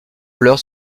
pleure